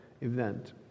event